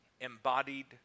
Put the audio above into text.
embodied